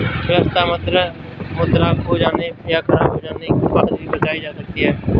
व्यवस्था पत्र मुद्रा खो जाने या ख़राब हो जाने के बाद भी बचाई जा सकती है